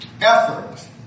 effort